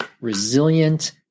resilient